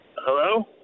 Hello